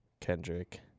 Kendrick